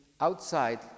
outside